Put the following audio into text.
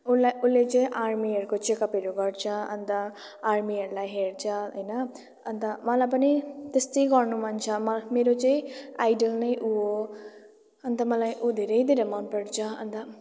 उसलाई उसले चाहिँ आर्मीहरूको चेकअपहरू गर्छ अन्त आर्मीहरूलाई हेर्छ होइन अन्त मलाई पनि त्यस्तै गर्नु मन छ म मेरो चाहिँ आइडल नै ऊ हो अन्त मलाई ऊ धेरै धेरै मनपर्छ अन्त